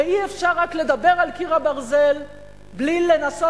ואי-אפשר רק לדבר על קיר הברזל בלי לנסות